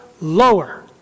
lower